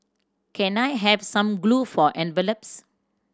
can I have some glue for envelopes